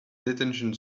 detention